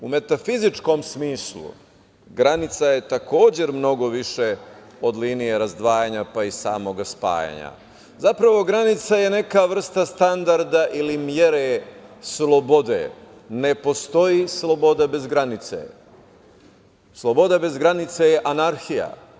U metafizičkom smislu, granica je takođe mnogo više od linije razdvajanja, pa i samog spajanja i granica je neka vrsta standarda ili mere slobode, ne postoji sloboda bez granice, sloboda bez granice je anarhija.